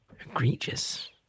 egregious